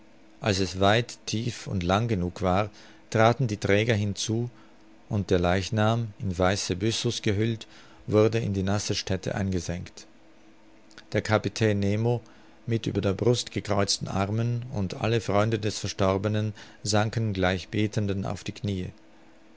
als es weit tief und lang genug war traten die träger hinzu und der leichnam in weiße byssus gehüllt wurde in die nasse stätte eingesenkt der kapitän nemo mit über der brust gekreuzten armen und alle freunde des verstorbenen sanken gleich betenden auf die kniee